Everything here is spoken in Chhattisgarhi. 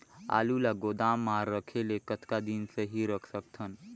आलू ल गोदाम म रखे ले कतका दिन सही रख सकथन?